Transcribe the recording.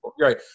Right